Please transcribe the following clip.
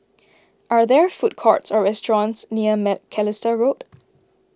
are there food courts or restaurants near Macalister Road